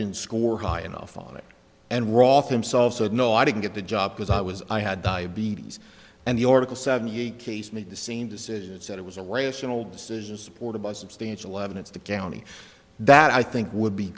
didn't score high enough on it and roth himself said no i didn't get the job because i was i had diabetes and the oracle seventy eight case made the same decision and said it was a rational decision supported by substantial evidence the county that i think would be